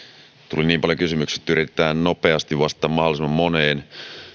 tuli niin paljon kysymyksiä että yritetään nopeasti vastata mahdollisimman moneen